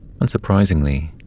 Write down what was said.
Unsurprisingly